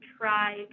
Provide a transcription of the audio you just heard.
try